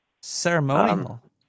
ceremonial